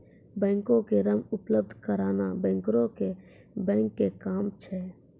बैंको के ऋण उपलब्ध कराना बैंकरो के बैंक के काम छै